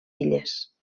illes